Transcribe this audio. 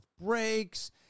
brakes